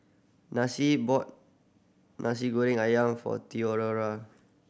Nasi bought Nasi Goreng Ayam for Theofora